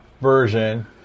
version